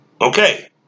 Okay